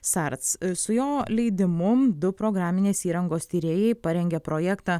sarts su jo leidimu du programinės įrangos tyrėjai parengė projektą